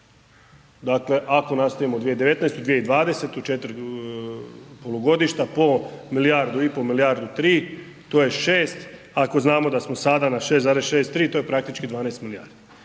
Dakle ako nastavimo 2019., 2020., četiri polugodišta po milijardu i pol, milijardu tri, to je 6, ako znamo da smo sada na 6,63 to je praktički 12 milijardi.